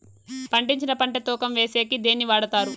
పండించిన పంట తూకం వేసేకి దేన్ని వాడతారు?